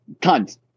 tons